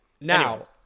Now